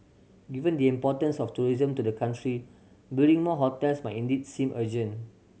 given the importance of tourism to the country building more hotels might indeed seem urgent